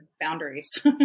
Boundaries